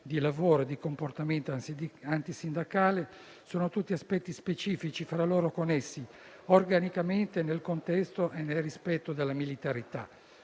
di lavoro e di comportamento antisindacale sono tutti aspetti specifici fra loro connessi organicamente nel contesto e nel rispetto della militarità.